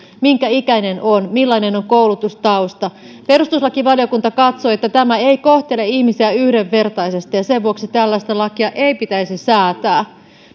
minkä ikäinen on millainen on koulutustausta perustuslakivaliokunta katsoi että tämä ei kohtele ihmisiä yhdenvertaisesti ja sen vuoksi tällaista lakia ei pitäisi säätää